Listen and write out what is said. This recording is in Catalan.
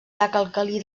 alcalí